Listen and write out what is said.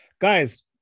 Guys